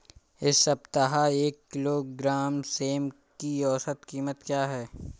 इस सप्ताह एक किलोग्राम सेम की औसत कीमत क्या है?